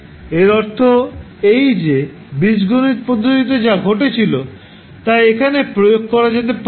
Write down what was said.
এর অর্থ এই যে বীজগণিত পদ্ধতিতে যা ঘটেছিল তা এখানে প্রয়োগ করা যেতে পারে